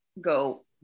go